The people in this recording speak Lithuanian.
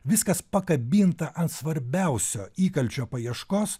viskas pakabinta ant svarbiausio įkalčio paieškos